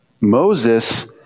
Moses